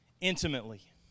intimately